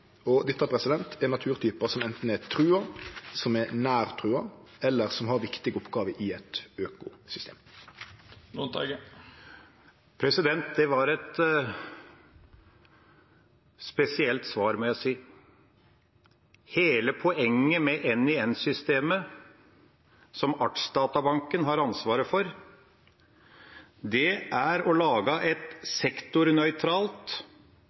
og dette er naturtypar som anten er trua, som er nær trua, eller som har viktige oppgåver i eit økosystem. Det var et spesielt svar, må jeg si. Hele poenget med NiN-systemet, som Artsdatabanken har ansvaret for, er å lage